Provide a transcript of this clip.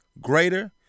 greater